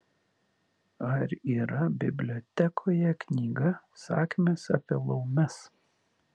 ar yra bibliotekoje knyga sakmės apie laumes